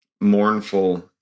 mournful